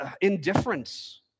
indifference